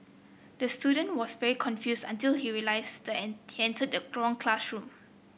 the student was very confused until he realized and he entered the wrong classroom